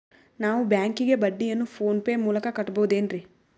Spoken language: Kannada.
ನಾವು ಬ್ಯಾಂಕಿಗೆ ಬಡ್ಡಿಯನ್ನು ಫೋನ್ ಪೇ ಮೂಲಕ ಕಟ್ಟಬಹುದೇನ್ರಿ?